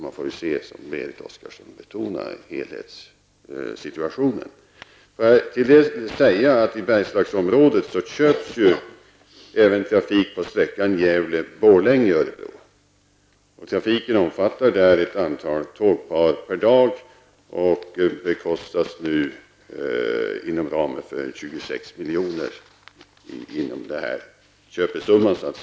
Man får se, som Berit Oscarsson betonade, till helhetssituationen. Gävle--Borlänge. Den omfattar ett antal tåg per dag och bekostas inom ramen för de 26 miljoner som köpen uppgår till.